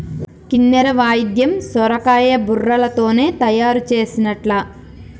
కిన్నెర వాయిద్యం సొరకాయ బుర్రలతోనే తయారు చేసిన్లట